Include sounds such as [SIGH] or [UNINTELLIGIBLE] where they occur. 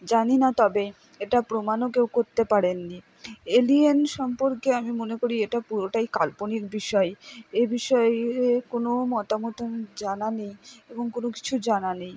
জানি না তবে এটা প্রমাণও কেউ করতে পারেন নি এলিয়েন সম্পর্কে আমি মনে করি এটা পুরোটাই কাল্পনিক বিষয় এ বিষয়ে [UNINTELLIGIBLE] কোনো মতামত জানা নেই এবং কোনো কিছু জানা নেই